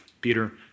Peter